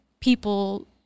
People